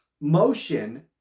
motion